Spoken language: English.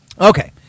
okay